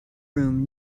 room